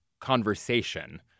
conversation